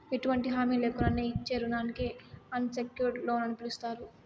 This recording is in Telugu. ఎటువంటి హామీ లేకున్నానే ఇచ్చే రుణానికి అన్సెక్యూర్డ్ లోన్ అని పిలస్తారు